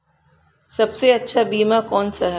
सबसे अच्छा बीमा कौन सा है?